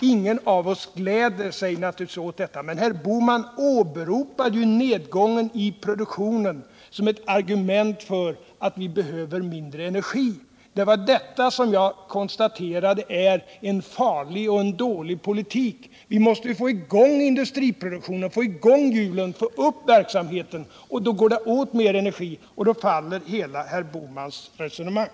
Ingen av oss gläder sig naturligtvis åt detta, men herr Bohman åberopade ju nedgången i produktionen som ett argument för att vi behöver mindre energi. Det var detta som jag konstaterade är en farlig och en dålig politik. Vi måste få i gång industriproduktionen, få i gång hjulen och få upp verksamheten. Då går det åt mer energi, och då faller hela herr Bohmans resonemang.